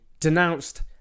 denounced